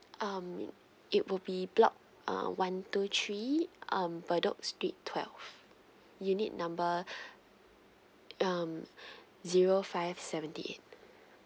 um it would be block uh one two three um bedok street twelve unit number um zero five seventy eight